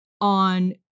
on